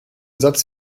satz